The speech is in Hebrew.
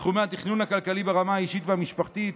בתחומי התכנון הכלכלי ברמה האישית והמשפחתית,